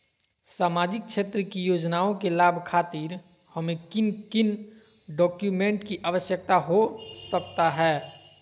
सामाजिक क्षेत्र की योजनाओं के लाभ खातिर हमें किन किन डॉक्यूमेंट की आवश्यकता हो सकता है?